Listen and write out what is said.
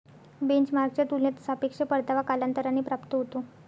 बेंचमार्कच्या तुलनेत सापेक्ष परतावा कालांतराने प्राप्त होतो